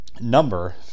number